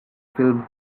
filmed